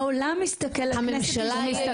העולם מסתכל על כנסת ישראל.